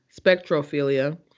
spectrophilia